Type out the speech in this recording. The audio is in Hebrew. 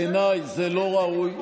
בעיניי זה לא ראוי.